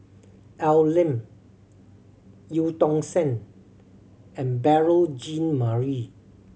Al Lim Eu Tong Sen and Beurel Jean Marie